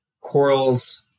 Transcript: corals